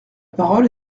parole